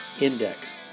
Index